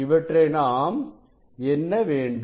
இவற்றை நாம் எண்ண வேண்டும்